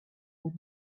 hen